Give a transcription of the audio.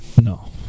no